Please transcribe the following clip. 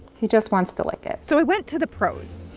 he just wants to lick it. so i went to the pros.